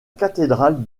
cathédrale